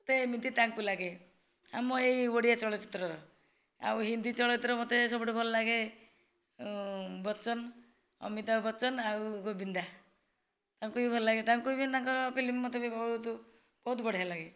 ମତେ ଏମିତି ତାଙ୍କୁ ଲାଗେ ଆମ ଏଇ ଓଡ଼ିଆ ଚଳଚିତ୍ରର ଆଉ ହିନ୍ଦୀ ଚଳଚିତ୍ର ମତେ ସବୁଠୁ ଭଲ ଲାଗେ ବଚନ ଅମିତାଭ ବଚନ ଆଉ ଗୋବିନ୍ଦା ତାଙ୍କୁ ବି ଭଲ ଲାଗେ ତାଙ୍କୁ ବି ତାଙ୍କର ଫିଲ୍ମ ମତେ ବି ବହୁତ ବହୁତ ବଢ଼ିଆ ଲାଗେ